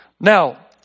Now